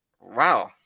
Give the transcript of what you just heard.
wow